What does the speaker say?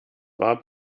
war